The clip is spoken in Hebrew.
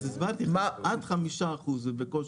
אז הסברתי, עד 5% זה בקושי.